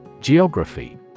Geography